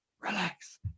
relax